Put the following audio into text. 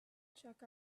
check